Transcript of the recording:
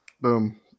boom